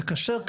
זה בסדר.